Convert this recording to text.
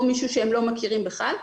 או מישהו שהם לא מכירים בכלל,